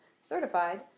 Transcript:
certified